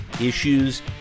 issues